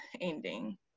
ending